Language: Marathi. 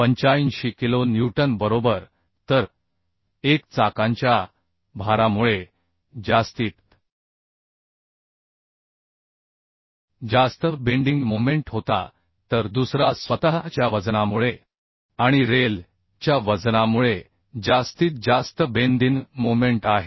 85 किलो न्यूटन बरोबर तर एक चाकांच्या भारामुळे जास्तीत जास्त बेंडिंग मोमेंट होता तर दुसरा स्वतः च्या वजनामुळे आणि रेल च्या वजनामुळे जास्तीत जास्त बेंदिन मोमेंट आहे